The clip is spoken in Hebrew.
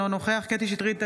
אינו נוכח קטי קטרין שטרית,